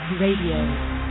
Radio